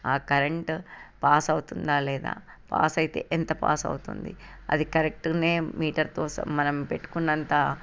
ఆ current pass అవుతుందా లేదా పాస్ అయితే ఎంత పాస్ అవుతుంది అది కరెక్ట్గానే మీటర్ కోసం మనం పెట్టుకున్నంత